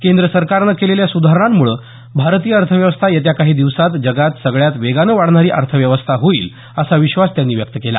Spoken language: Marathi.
केंद्र सरकारनं केलेल्या सुधारणांमुळे भारतीय अर्थव्यवस्था येत्या काही दिवसात जगात सगळ्यात वेगानं वाढणारी अर्थव्यवस्था होईल असा विश्वास त्यांनी व्यक्त केला